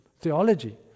theology